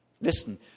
Listen